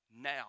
now